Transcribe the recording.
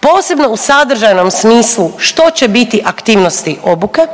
posebno u sadržajnom smislu što će biti aktivnosti obuke